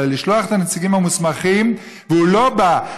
אלא לשלוח את הנציגים המוסמכים, והוא לא בא.